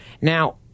Now